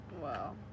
Wow